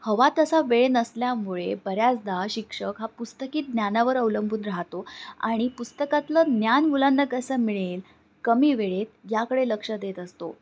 हवा तसा वेळ नसल्यामुळे बऱ्याचदा शिक्षक हा पुस्तकी ज्ञानावर अवलंबून राहतो आणि पुस्तकातलं ज्ञान मुलांना कसं मिळेल कमी वेळेत याकडे लक्ष देत असतो